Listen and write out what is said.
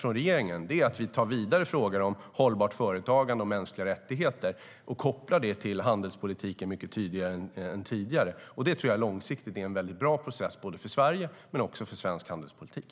Regeringen tar nu frågor om hållbart företagande och mänskliga rättigheter och kopplar dem tydligare än tidigare till handelspolitiken. Långsiktigt är det en bra process för både Sverige och svensk handelspolitik.